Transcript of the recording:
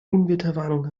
unwetterwarnung